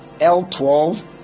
L12